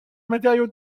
matériaux